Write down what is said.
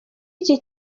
iki